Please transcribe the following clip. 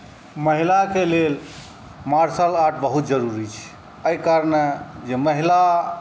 महिलाके लेल martial art बहुत जरूरी छै एहि कारणेँ जे महिला